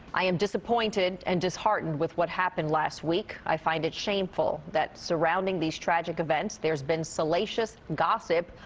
i am disappointed and disheartened with what happened last week. i find it shameful that surrounding these tragic events there's been salacious gossip,